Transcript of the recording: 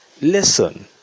Listen